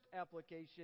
application